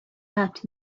out